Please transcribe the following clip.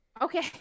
Okay